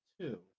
two